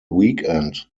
weekend